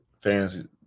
fans